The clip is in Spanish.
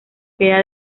queda